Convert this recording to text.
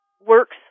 works